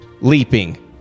Leaping